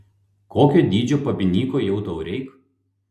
kokio dydžio papinyko jau tau reik